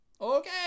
Okay